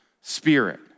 spirit